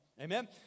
amen